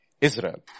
Israel